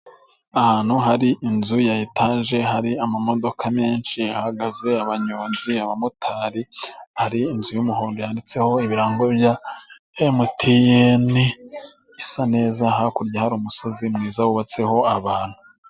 Ahantu hari inzu ya etage hari amamodoka menshi, hahagaze abanyonzi, abamotari hari inzu y'umuhondo yanditseho ibirango bya emutiyene, isa neza hakurya hari umusozi mwiza wubatseho abantu.